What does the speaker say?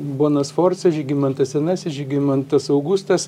bona sforca žygimantas senasis žygimantas augustas